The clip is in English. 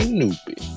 noopy